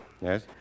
Yes